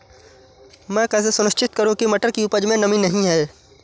मैं कैसे सुनिश्चित करूँ की मटर की उपज में नमी नहीं है?